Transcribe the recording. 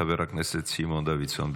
חבר הכנסת סימון דוידסון,